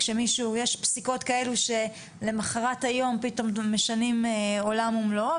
כשיש פסיקות כאלה שלמחרת היום פתאום משנות עולם ומלואו